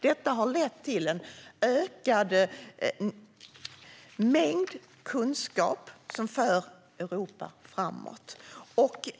Detta har lett till ökad kunskap som för Europa framåt.